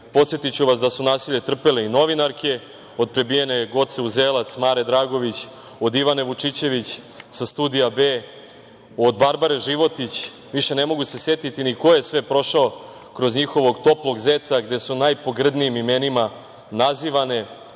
Podsetiću vas da su nasilje trpele i novinarke, od prebijene Goce Uzelac, Mare Dragović, od Ivane Vučićević sa „Studija B“, od Barbare Životić, više se ne mogu setiti ni ko je sve prošao kroz njihovog toplog zeca, gde su najpogrdnijim imenima nazivane,